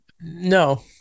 No